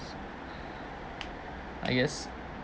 I guess